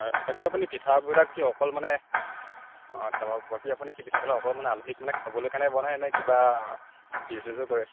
অ' বাকী আপুনি পিঠাবিলাক কি অকল মানে অ' তাৰপৰা বাকী আপুনি কি পিঠাবিলাক অকল মানে আলহীক মানে খাবৰ কাৰণে বনাই নে কিবা বিজনেছো কৰে